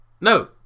no